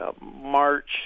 March